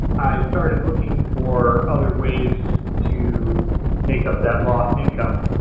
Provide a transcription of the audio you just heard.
i started looking for other ways to make up that lost income.